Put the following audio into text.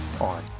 on